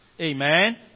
Amen